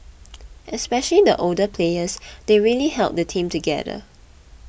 especially the older players they really held the team together